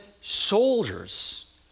soldiers